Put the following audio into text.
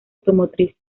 automotriz